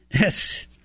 Yes